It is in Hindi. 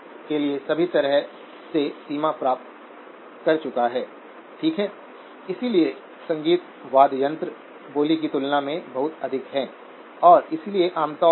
तो जैसे ही गेट ऊपर जाता है ड्रेन नीचे आती है